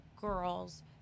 girls